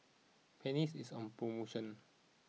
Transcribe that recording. Pennis is on promotion